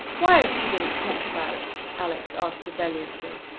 why is she being talked about? alex asked rebelliously.